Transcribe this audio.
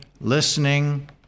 listening